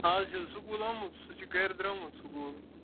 آز چھُ سکوٗل آمُت سُہ چھُ گَرِ درٛامُت سکوٗل